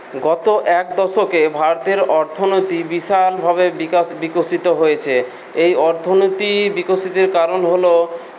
গত এক দশকে ভারতের অর্থনীতি বিশালভাবে বিকাশ বিকশিত হয়েছে এই অর্থনীতি বিকশিতের কারণ হলো